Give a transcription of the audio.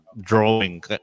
drawing